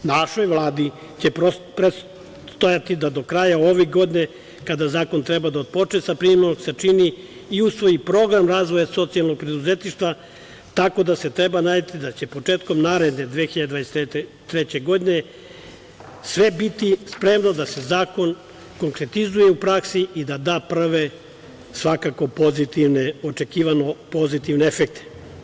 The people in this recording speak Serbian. Našoj Vladi će predstojati da to kraja ove godine, kada zakon treba da počne sa primenom, sačini i usvoji program razvoja socijalnog preduzetništva, tako da se treba nadati da će početkom naredne 2023. godine sve biti spremno da se zakon konkretizuje u praksi i da da prve očekivano pozitivne efekte.